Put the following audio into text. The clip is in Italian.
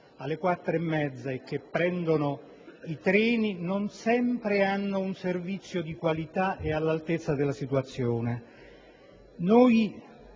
alle quattro e mezza, e che prendono i treni non sempre ricevono un servizio di qualità e all'altezza della situazione. Noi